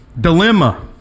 dilemma